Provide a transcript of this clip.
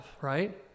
right